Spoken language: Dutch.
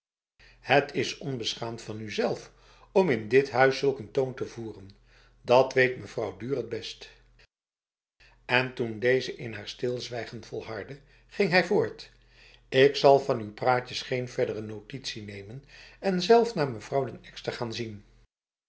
het is onbeschaamd van u zelf om in dit huis zulk een toon te voeren dat weet mevrouw duhr het best en toen deze in haar stilzwijgen volhardde ging hij voort ik zal van uw praatjes geen verdere notitie nemen en zelf naar mevrouw den ekster gaan zienf